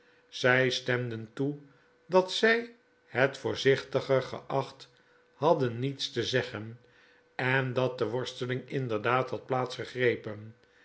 zij stemden toe dat zij het voorzichtiger geacht hadden niets te zeggen en dat de worsteling inderdaad hadplaats gegrepen